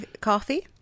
coffee